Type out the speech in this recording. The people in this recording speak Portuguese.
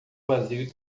vazio